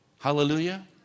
Hallelujah